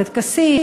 בטקסים,